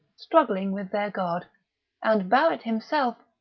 struggling with their god and barrett himself,